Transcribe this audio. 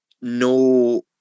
no